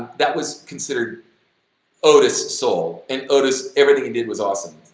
that was considered otis soul and otis everything he did was awesome,